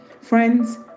Friends